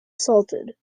salted